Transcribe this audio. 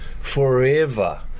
forever